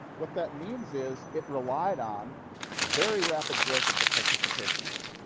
what that means is, it relied on very rapid growth of the participation rate.